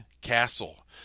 castle